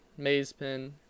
Mazepin